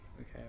Okay